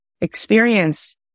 Experience